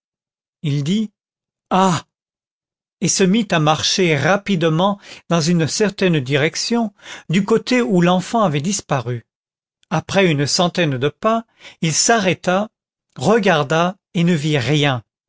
il dit ah et se mit à marcher rapidement dans une certaine direction du côté où l'enfant avait disparu après une centaine de pas il s'arrêta regarda et ne vit rien